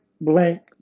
blank